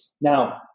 Now